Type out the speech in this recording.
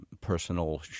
personal